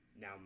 Now